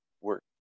work